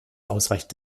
ausreichend